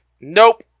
nope